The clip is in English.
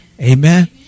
Amen